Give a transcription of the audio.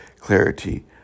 clarity